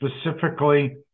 specifically